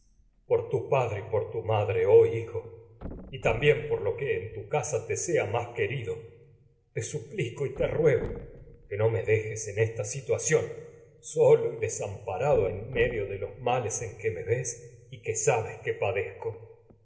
por tu padre y por tu madre oh en hijo rido y también por lo que tu casa te me sea más que esta si te suplico y te ruego que no me dejes en dejes de en tuación que solo ves si y desamparado que medio los males en en me y sabes un que padezco